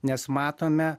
nes matome